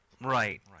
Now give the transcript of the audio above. right